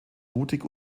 mutig